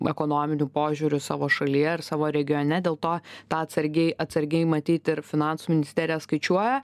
ekonominiu požiūriu savo šalyje ir savo regione dėl to tą atsargiai atsargiai matyt ir finansų ministerija skaičiuoja